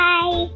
Bye